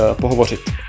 pohovořit